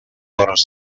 hores